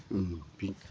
बि